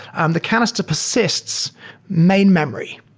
um the canister persists main memory.